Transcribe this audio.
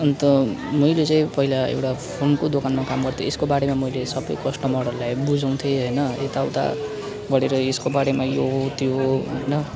अन्त मैले चाहिँ पहिला एउटा फोनको दोकानमा काम गर्थेँ यसको बारेमा मैले सबै कस्टमरहरूलाई बुझाउँथेँ होइन यताउता गरेर यसको बारेमा यो हो त्यो हो होइन